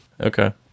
okay